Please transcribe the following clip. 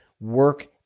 work